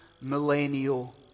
millennial